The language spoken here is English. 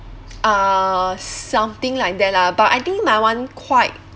ah something like that lah but I think my one quite